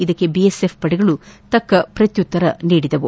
ಇದಕ್ಕೆ ಬಿಎಸ್ಎಫ್ ಪಡೆಗಳು ತಕ್ಕ ಪ್ರತ್ಯುತ್ತರ ನೀಡಿವೆ